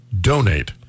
donate